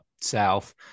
South